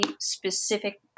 specific